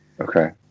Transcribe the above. Okay